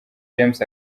james